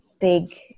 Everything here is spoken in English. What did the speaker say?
big